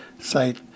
site